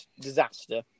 Disaster